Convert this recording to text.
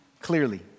clearly